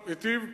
היטיב,